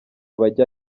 bajya